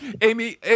Amy